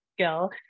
skill